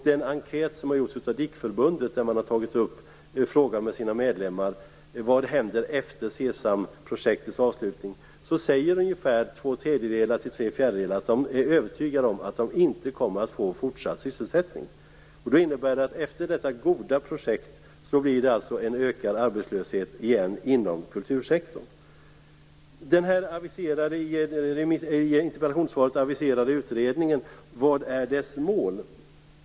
DIK-förbundet har gjort en enkät och med sina medlemmar tagit upp frågan om vad som händer efter det att SESAM-projektet är avslutat. Ungefär två tredjedelar eller tre fjärdedelar av de tillfrågade säger sig vara övertygade om att de inte får fortsatt sysselsättning. Det innebär alltså att det efter detta goda projekt återigen blir ökad arbetslöshet inom kultursektorn. Vad är målet med den i interpellationssvaret aviserade utredningen?